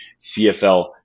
CFL